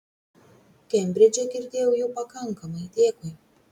kembridže girdėjau jų pakankamai dėkui